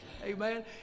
Amen